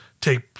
take